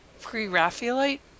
pre-Raphaelite